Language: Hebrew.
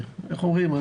אני